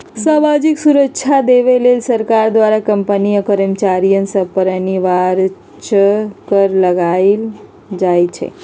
सामाजिक सुरक्षा देबऐ लेल सरकार द्वारा कंपनी आ कर्मचारिय सभ पर अनिवार्ज कर लगायल जाइ छइ